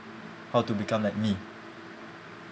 how to become like me